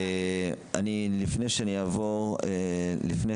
אז לפני שאני אעבור, לפני